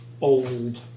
old